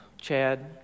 Chad